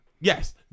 Yes